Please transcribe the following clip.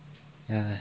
ya